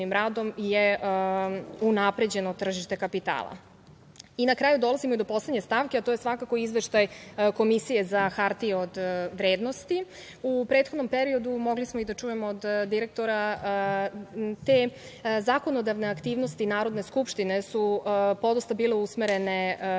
radom unapređeno tržište kapitala. Na kraju, dolazimo do poslednje stavke, a to je svakako Izveštaj Komisije za hartije od vrednosti. U prethodnom periodu mogli smo da čujemo od direktora, te zakonodavne aktivnosti Narodne skupštine su podosta bile usmerene na